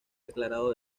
declarado